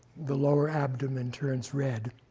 the lower abdomen turns red.